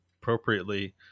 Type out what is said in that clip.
appropriately